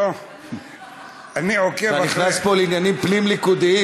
אתה נכנס פה לעניינים פנים-ליכודיים,